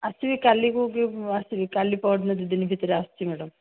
ଆସିବି କାଲିକୁ କି ଆସିବି କାଲି ପରଦିନ ଦୁଇ ଦିନ ଭିତରେ ଆସୁଛି ମ୍ୟାଡାମ୍